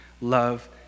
love